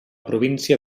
província